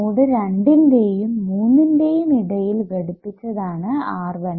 node രണ്ടിന്റെയും മൂന്നിന്റേയും ഇടയിൽ ഘടിപ്പിച്ചതാണ് R13